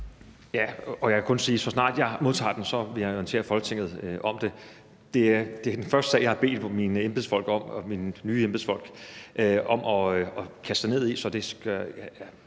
Ja, og jeg kan kun sige, at så snart jeg modtager den, vil jeg orientere Folketinget om den. Det er den første sag, jeg har bedt mine nye embedsfolk om at dykke ned i, så det er